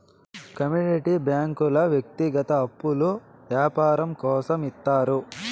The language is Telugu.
కమోడిటీ బ్యాంకుల వ్యక్తిగత అప్పులు యాపారం కోసం ఇత్తారు